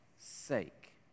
sake